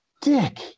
dick